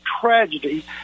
tragedy